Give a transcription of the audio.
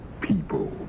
people